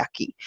yucky